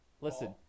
Listen